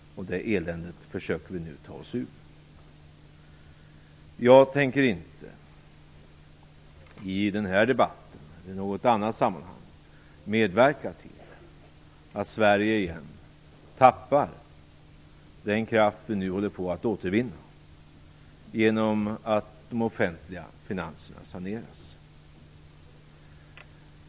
Det eländet försöker vi nu ta oss ur. Jag tänker inte i den här debatten eller i något annat sammanhang medverka till att Sverige återigen tappar den kraft som vi nu håller på att återvinna genom att de offentliga finanserna saneras.